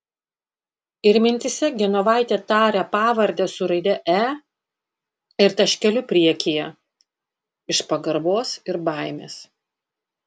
ir mintyse genovaitė taria pavardę su raide e ir taškeliu priekyje iš pagarbos ir baimės